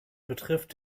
betrifft